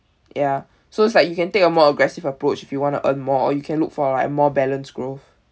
ya so it's like you can take a more aggressive approach if you want to earn more or you can look for like more balanced growth